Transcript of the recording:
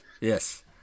yes